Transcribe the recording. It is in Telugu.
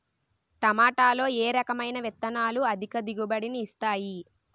టమాటాలో ఏ రకమైన విత్తనాలు అధిక దిగుబడిని ఇస్తాయి